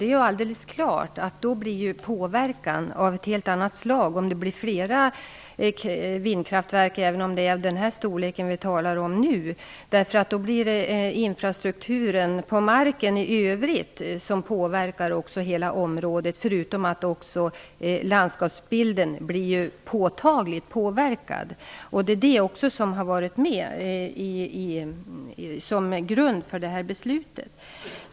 Fru talman! Om det rör sig om vindkraftverk av den storlek som vi nu talar om, är det alldeles klart att påverkan blir av ett helt annat slag. Då påverkas infrastrukturen i hela området. Även landskapsbilden förändras påtagligt, vilket också utgör grund för regeringens beslut.